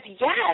yes